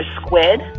squid